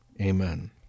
Amen